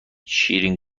شیرین